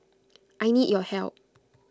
I need your help